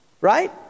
right